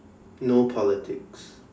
no politics